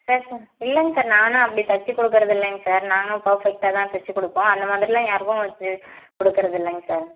sir sir இல்லைங்க sir நானாக அப்படி தச்சு கொடுக்கறது இல்லைங்க சார் நாங்கள் பர்ஃபெக்ட்டாகதான் தச்சு கொடுப்போம் அந்த மாதிரிலாம் யாருக்கும் வச்சு கொடுக்கறது இல்லைங்க சார்